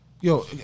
Yo